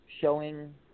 showing